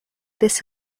this